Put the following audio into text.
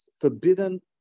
forbidden